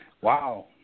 Wow